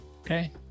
Okay